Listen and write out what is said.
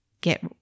get